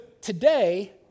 today